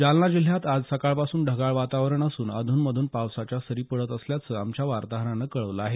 जालना जिल्ह्यात आज सकाळपासून ढगाळ वातावण असून अध्न मधून पावसाच्या सरी पडत असल्याचं आमच्या वार्ताहरानं कळवलं आहे